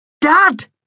Dad